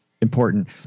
Important